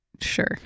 Sure